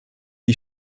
die